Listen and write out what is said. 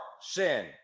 sin